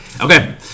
Okay